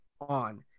on